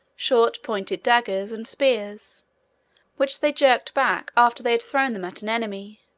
short pointed daggers, and spears which they jerked back after they had thrown them at an enemy,